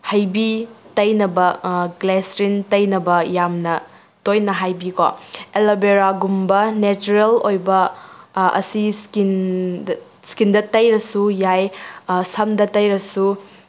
ꯍꯩꯕꯤ ꯇꯩꯅꯕ ꯒ꯭ꯂꯦꯁꯤꯔꯤꯟ ꯇꯩꯅꯕ ꯌꯥꯝꯅ ꯇꯣꯏꯅ ꯍꯥꯏꯕꯤꯀꯣ ꯑꯦꯂꯣ ꯕꯦꯔꯥꯒꯨꯝꯕ ꯅꯦꯆꯔꯦꯜ ꯑꯣꯏꯕ ꯑꯁꯤ ꯏꯁꯀꯤꯟꯗ ꯏꯁꯀꯤꯟꯗ ꯇꯩꯔꯁꯨ ꯌꯥꯏ ꯁꯝꯗ ꯇꯩꯔꯁꯨ